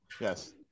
Yes